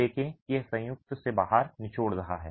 देखें कि यह संयुक्त से बाहर निचोड़ रहा है